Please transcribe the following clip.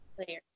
player